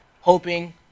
hoping